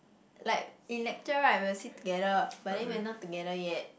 like in lecture right we will sit together but then we are not together yet